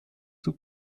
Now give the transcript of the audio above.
zur